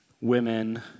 women